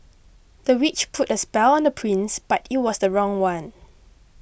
the witch put a spell on the prince but it was the wrong one